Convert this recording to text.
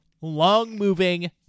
long-moving